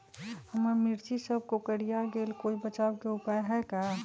हमर मिर्ची सब कोकररिया गेल कोई बचाव के उपाय है का?